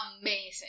amazing